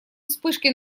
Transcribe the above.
вспышкой